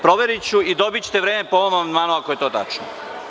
Proveriću i dobićete vreme po ovom amandmanu ako je to tačno.